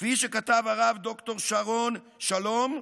כפי שכתב הרב ד"ר שרון שלום,